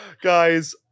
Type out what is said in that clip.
Guys